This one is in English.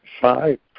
five